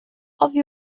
oddi